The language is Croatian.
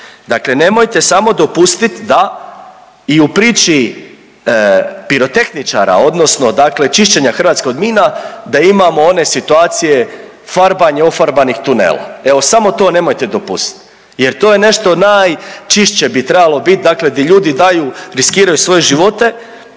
dakle nemojte samo dopustit da i u priči pirotehničara odnosno dakle čišćenja Hrvatske od mina da imamo one situacije farbanje ofarbanih tunela. Evo samo to nemojte dopustit jer to je nešto, najčišće bi trebalo bit, dakle di ljudi daju, riskiraju svoje živote